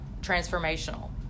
transformational